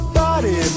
body